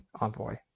envoy